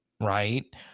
right